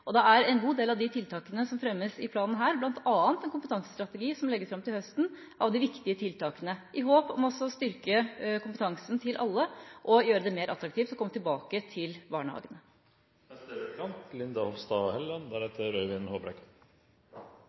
og det er en god del viktige tiltak som fremmes her i planen – bl.a. en kompetansestrategi som legges fram til høsten – i håp om å styrke kompetansen til alle og gjøre det mer attraktivt å komme tilbake til barnehagene.